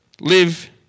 live